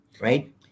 right